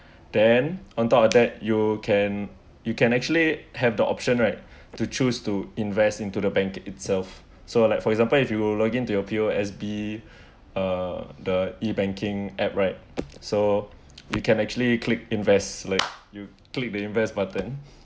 then on top of that you can you can actually have the option right to choose to invest into the bank itself so like for example if you log into your P_O_S_B uh the e-banking app right so you can actually click invest like you click the invest button